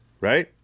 right